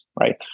right